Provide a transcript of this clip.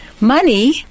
money